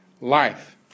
Life